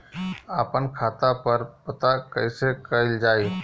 आपन खाता पर पता कईसे बदलल जाई?